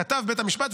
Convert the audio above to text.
כתב בית המשפט,